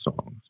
songs